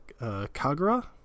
Kagura